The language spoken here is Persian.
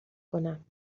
کنم